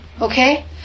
Okay